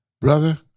Brother